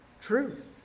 truth